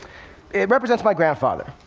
it represents my grandfather.